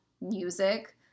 music